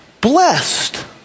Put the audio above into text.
blessed